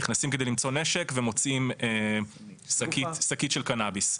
נכנסים כדי למצוא נשק ומוצאים שקית של קנאביס.